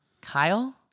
Kyle